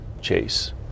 chase